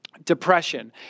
depression